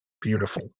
beautiful